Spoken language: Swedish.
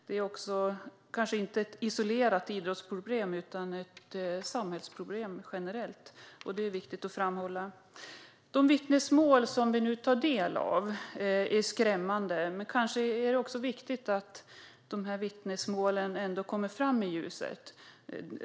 Det är viktigt att framhålla att det kanske inte är ett isolerat idrottsproblem utan ett samhällsproblem generellt. De vittnesmål vi nu tar del av är skrämmande, men det är också viktigt att dessa vittnesmål kommer fram i ljuset.